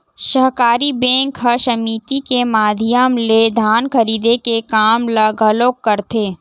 सहकारी बेंक ह समिति के माधियम ले धान खरीदे के काम ल घलोक करथे